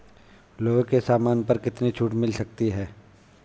लोहे के सामान पर कितनी छूट मिल सकती है